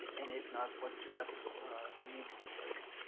and if not, what steps need to be taken.